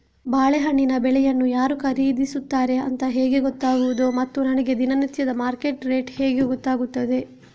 ಬಾಳೆಹಣ್ಣಿನ ಬೆಳೆಯನ್ನು ಯಾರು ಖರೀದಿಸುತ್ತಾರೆ ಅಂತ ಹೇಗೆ ಗೊತ್ತಾಗುವುದು ಮತ್ತು ನನಗೆ ದಿನನಿತ್ಯದ ಮಾರ್ಕೆಟ್ ರೇಟ್ ಹೇಗೆ ಗೊತ್ತಾಗುತ್ತದೆ?